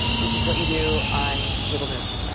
which is what you do on cable news.